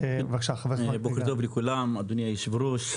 בבקשה, חבר הכנסת מאזן גנאים.